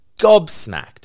gobsmacked